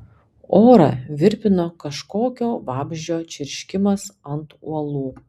orą virpino kažkokio vabzdžio čirškimas ant uolų